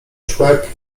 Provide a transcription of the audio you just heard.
człek